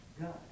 God